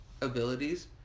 abilities